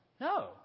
no